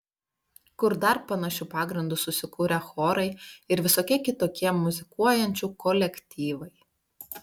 kur dar panašiu pagrindu susikūrę chorai ir visokie kitokie muzikuojančių kolektyvai